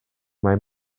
mae